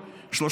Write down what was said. דקות.